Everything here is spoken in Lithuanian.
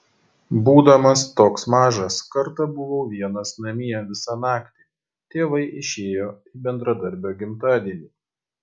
būdamas toks mažas kartą buvau vienas namie visą naktį tėvai išėjo į bendradarbio gimtadienį